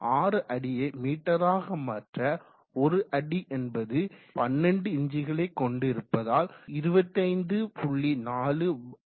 6 அடியை மீட்டராக மாற்ற 1 அடி என்பது 12 இன்ச்களை கொண்டிருப்பதால் 25